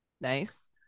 Nice